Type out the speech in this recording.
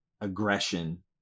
aggression